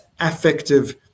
affective